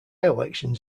elections